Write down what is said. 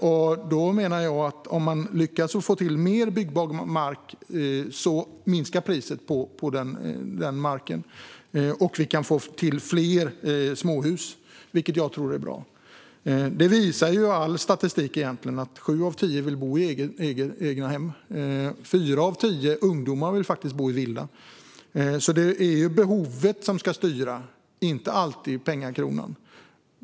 Jag menar att det är så här: Om man lyckas få till mer byggbar mark minskar priset på den marken, och då kan vi få till fler småhus, vilket jag tror är bra. Det visar egentligen all statistik. Sju av tio vill bo i egnahem. Fyra av tio ungdomar vill faktiskt bo i villa. Det är behovet som ska styra, inte alltid pengarna.